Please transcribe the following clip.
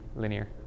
Linear